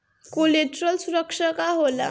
Collateral सुरक्षा का होला?